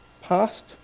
passed